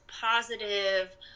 positive